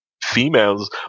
females